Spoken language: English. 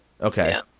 Okay